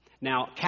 Now